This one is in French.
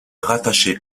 rattaché